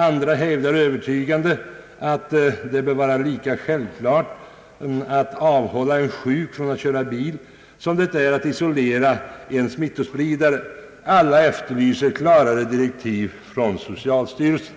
Andra hävdar övertygande att det bör vara lika självklart att avhålla en sjuk från att köra bil som det är att isolera en smittspridare. Alla efterlyser klarare direktiv från socialstyrelsen.»